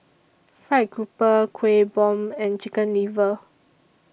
Fried Grouper Kueh Bom and Chicken Liver